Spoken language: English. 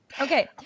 Okay